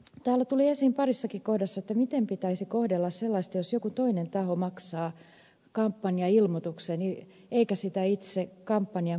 täällä tuli esiin parissakin kohdassa kysymys miten pitäisi kohdella sellaista jos joku toinen taho maksaa kampanjailmoituksen eikä sitä itse kampanjan kohde ilmoita